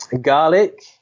Garlic